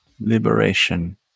Liberation